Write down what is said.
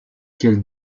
quel